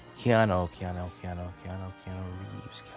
keanu, ah keanu, keanu, keanu, ah keanu